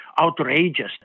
outrageous